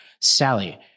Sally